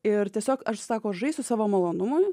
ir tiesiog aš sako žaisiu savo malonumui